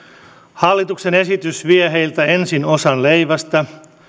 hallituksen esitys vie heiltä ensin osan leivästä